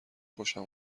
خوشم